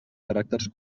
caràcters